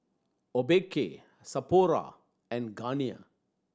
Obike Sapporo and Garnier